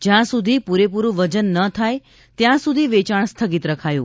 જ્યાં સુધી પુરેપુરૂ વજન ન થાય ત્યાં સુધી વેચાણ સ્થગિત રખાયું